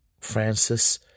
Francis